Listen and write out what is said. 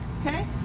okay